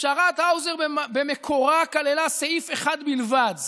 פשרת האוזר במקורה כללה סעיף אחד בלבד,